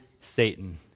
Satan